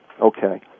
Okay